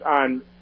on